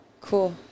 Cool